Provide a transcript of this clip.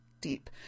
deep